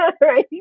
Right